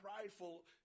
prideful